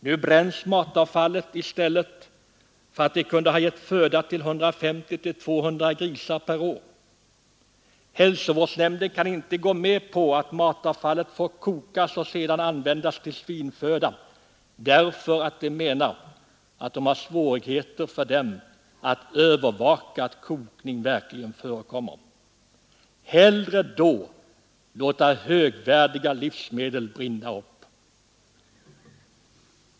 Nu bränns matavfallet i stället för att det kunde ha gett föda till 150 å 200 grisar per år. Hälsovårdsnämnden kan inte gå med på att matavfallet får kokas och sedan användas till svinföda, därför att man menar att det är svårigheter att övervaka att kokning verkligen förekommer. Hellre då låta högvärdiga livsmedel brinna upp.